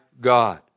God